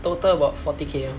total about forty K lor